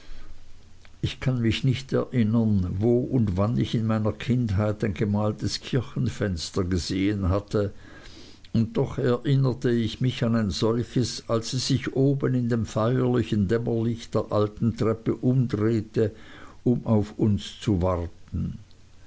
ich kann mich nicht erinnern wo und wann ich in meiner kindheit ein gemaltes kirchenfenster gesehen hatte und doch erinnerte ich mich an ein solches als sie sich oben in dem feierlichen dämmerlicht der alten treppe umdrehte um auf uns zu warten